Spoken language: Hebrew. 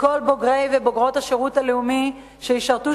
לכל בוגרי ובוגרות השירות הלאומי והשירות האזרחי,